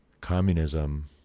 Communism